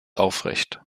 aufrecht